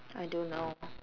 I don't know